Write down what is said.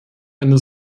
eine